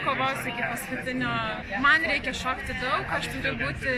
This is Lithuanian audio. kovosiu iki paskutinio man reikia šokti daug aš turiu būti